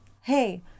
hey